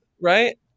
Right